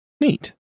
neat